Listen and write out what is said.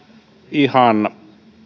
ihan